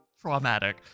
traumatic